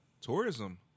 tourism